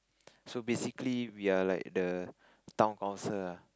so basically we're like the town council ah